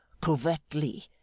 covertly